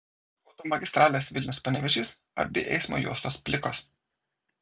automagistralės vilnius panevėžys abi eismo juostos plikos